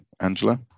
Angela